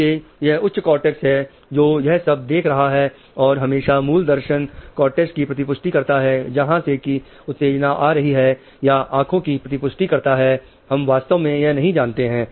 इसलिए यह उच्च कॉर्टेक्स है जो यह सब देख रहा है और हमेशा मूल दर्शन कॉर्टेक्स की प्रतिपुष्टि करता है जहां से की उत्तेजना आ रही है या आंखों की प्रतिपुष्टि करता है हम वास्तव में यह नहीं जानते हैं